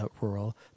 rural